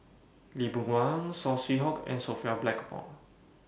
Lee Boon Wang Saw Swee Hock and Sophia Blackmore